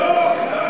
לא,